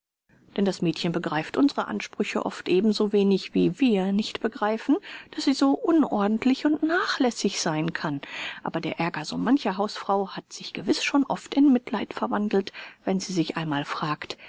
denn das mädchen begreift unsere ansprüche oft ebenso wenig wie wir nicht begreifen daß sie so unordentlich und nachlässig sein kann aber der aerger so mancher hausfrau hat sich gewiß schon oft in mitleid verwandelt wenn sie sich einmal fragt